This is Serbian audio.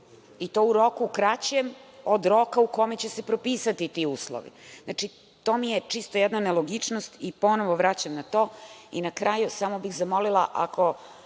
i to u roku kraćem od roka u kome će se propisati ti uslovi? To mi je čisto jedna nelogičnost i ponovo vraćam na to. Na kraju samo bih zamolila, ako